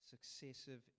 successive